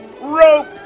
Rope